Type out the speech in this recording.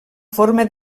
forma